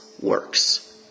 works